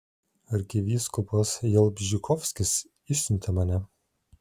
arkivyskupas jalbžykovskis išsiuntė mane